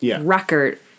record